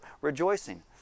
rejoicing